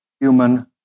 human